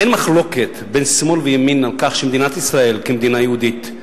אין מחלוקת בין שמאל לימין על כך שמדינת ישראל כמדינה יהודית,